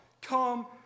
Come